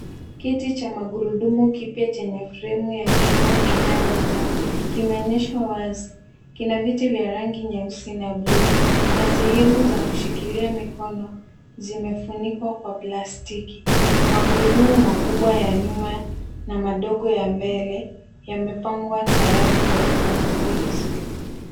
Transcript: Kiti cha magurudumu kipya chenye fremu ya chuma inayong'aa kinaonyeshwa wazi. Kina viti vya rangi nyeusi na bluu na sehemu za kushikilia mikono zimefunikwa kwa plastiki. Magurudumu makubwa ya nyuma na madogo ya mbele yamepangwa tayari kwa matumizi.